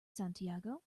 santiago